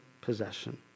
possession